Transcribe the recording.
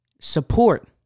support